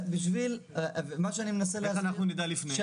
מה שאני מנסה להסביר,